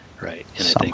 right